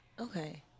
Okay